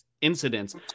incidents